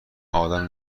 آدم